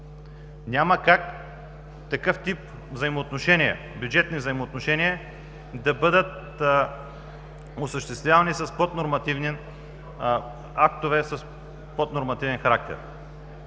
Няма как такъв тип бюджетни взаимоотношения да бъдат осъществявани с поднормативни актове, с актове от поднормативен характер.